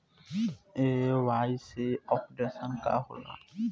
KYC updation का होला?